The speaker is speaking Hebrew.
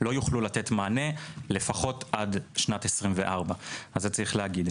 לא יוכלו לתת מענה לפחות עד שנת 2024. את זה צריך להגיד.